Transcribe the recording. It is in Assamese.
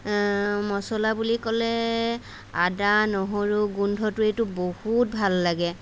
মচলা বুলি ক'লে আদা নহৰু গোন্ধটোৱেইটো বহুত ভাল লাগে